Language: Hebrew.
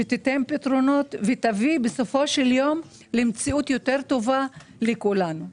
שתיתן פתרונות ותביא בסופו של יום למציאות טובה יותר לכולנו.